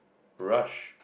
rush